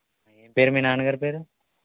ఏం పేరు మీ నాన్నగారి పేరు